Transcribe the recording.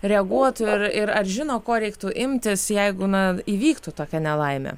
reaguotų ir ir ar žino ko reiktų imtis jeigu na įvyktų tokia nelaimė